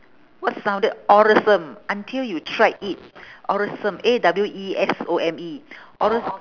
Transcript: what sounded awesome until you tried it awesome A W E S O M E awes~